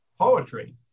poetry